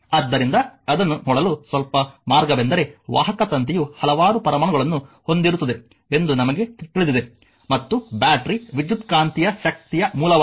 ಆದ್ದರಿಂದ ಅದನ್ನು ನೋಡಲು ಸ್ವಲ್ಪ ಮಾರ್ಗವೆಂದರೆ ವಾಹಕ ತಂತಿಯು ಹಲವಾರು ಪರಮಾಣುಗಳನ್ನು ಹೊಂದಿರುತ್ತದೆ ಎಂದು ನಮಗೆ ತಿಳಿದಿದೆ ಮತ್ತು ಬ್ಯಾಟರಿ ವಿದ್ಯುತ್ಕಾಂತೀಯ ಶಕ್ತಿಯ ಮೂಲವಾಗಿದೆ